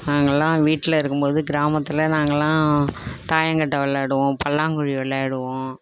நாங்கல்லாம் வீட்டில் இருக்கும்போது கிராமத்தில் நாங்கெளெல்லாம் தாயங்கட்டை விளையாடுவோம் பல்லாங்குழி விளையாடுவோம்